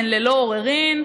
הן ללא עוררין.